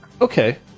Okay